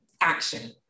action